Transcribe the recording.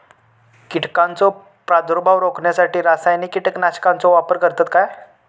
कीटकांचो प्रादुर्भाव रोखण्यासाठी रासायनिक कीटकनाशकाचो वापर करतत काय?